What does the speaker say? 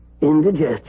indigestion